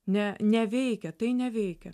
ne neveikia tai neveikia